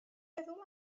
meddwl